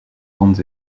grandes